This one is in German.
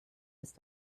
ist